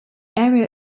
area